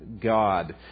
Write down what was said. God